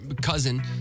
cousin